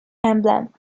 emblem